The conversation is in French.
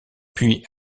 puis